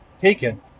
taken